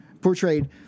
portrayed